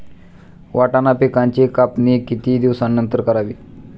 वाटाणा पिकांची कापणी किती दिवसानंतर करावी?